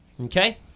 Okay